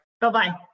Bye-bye